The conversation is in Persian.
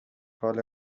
حاال